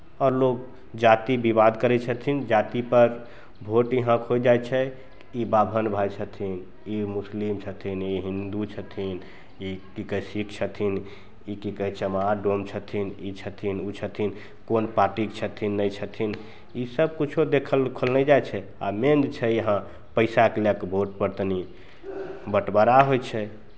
आओर लोग जाति विवाद करै छथिन जातिपर भोट यहाँ खो जाइ छै ई बाभन भाय छथिन ई मुस्लिम छथिन ई हिन्दू छथिन ई की कहै छै सिक्ख छथिन ई की कहै छै चमार डोम छथिन ई छथिन ओ छथिन कोन पार्टीक छथिन नहि छथिन ईसभ किछो देखल उखल नहि जाइ छै आ मेन जे छै यहाँ पैसाके लए कऽ भोटपर तनि बँटबारा होइ छै